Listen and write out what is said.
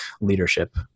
leadership